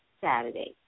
Saturday